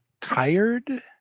tired